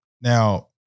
Now